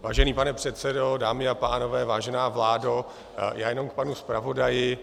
Vážený pane předsedo, dámy a pánové, vážená vládo jenom k panu zpravodaji.